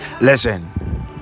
Listen